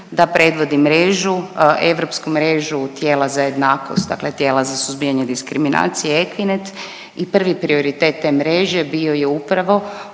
da predvodim mrežu, Europsku mrežu tijela za jednakost, dakle tijela za suzbijanje diskriminacije EKQUINET i prvi prioritet te mreže bio je upravo